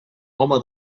home